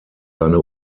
seine